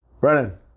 Brennan